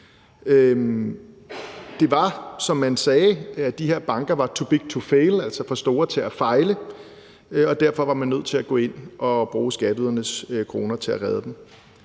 Det var, som man sagde, sådan, at de her banker var too big to fail, altså for store til at fejle, og derfor var man nødt til at gå ind og bruge skatteydernes kroner på at redde dem.